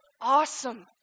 awesome